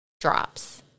drops